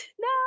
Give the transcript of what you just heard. No